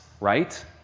right